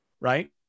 right